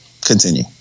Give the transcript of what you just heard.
Continue